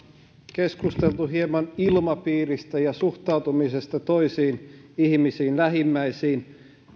keskusteltu hieman ilmapiiristä ja suhtautumisesta toisiin ihmisiin lähimmäisiin